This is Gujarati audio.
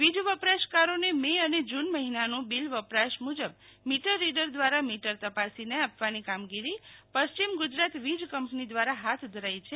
વીજ વપરાશકારોને મે અને જુન મહિનાનું બિલ વપરાશ મુજબ મીટ રીડર દ્વારા મીટર તપાસીને આપવાની કામગીરી પશ્ચિમ ગુજરાત વીજ કંપની દ્વારા હાથ ધરાઈ છે